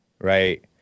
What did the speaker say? Right